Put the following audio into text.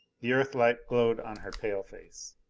the earthlight glowed on her pale face.